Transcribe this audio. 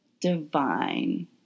divine